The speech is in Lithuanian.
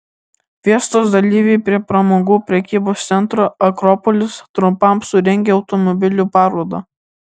fiestos dalyviai prie pramogų prekybos centro akropolis trumpam surengė automobilių parodą